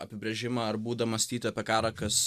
apibrėžimą ar būdą mąstyt apie karą kas